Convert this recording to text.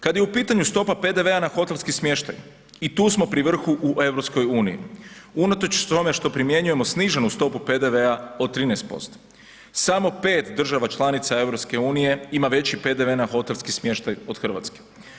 Kad je u pitanju stopa PDV-a na hotelski smještaj i tu smo pri vrhu u EU, unatoč tome što primjenjujemo sniženu stopu PDV-a od 13%. samo 5 država članica EU ima veći PDV na hotelski smještaj od Hrvatske.